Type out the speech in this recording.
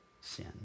sin